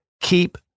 Keep